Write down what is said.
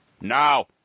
now